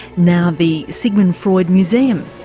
now the sigmund freud museum,